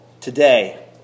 today